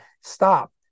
stop